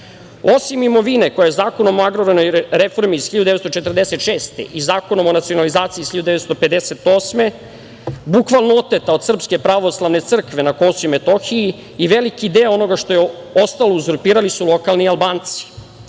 Osim imovine koja je Zakonom o agrarnoj reformi iz 1946. godine i Zakonom o nacionalizaciji iz 1958. godine bukvalno oteta od Srpske pravoslavne crkve na Kosovu i Metohiji, i veliki deo onoga što je ostao uzurpirali su lokalni Albanci